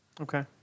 Okay